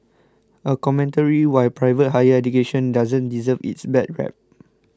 a commentary why private higher education doesn't deserve its bad rep